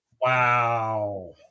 Wow